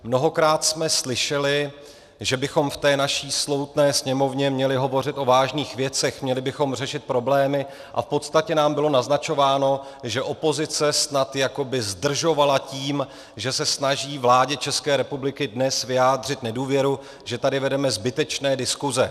Mnohokrát jsme slyšeli, že bychom v té naší slovutné Sněmovně měli hovořit o vážných věcech, měli bychom řešit problémy, a v podstatě nám bylo naznačováno, že opozice snad jako by zdržovala tím, že se snaží vládě České republiky dnes vyjádřit nedůvěru, že tady vedeme zbytečné diskuse.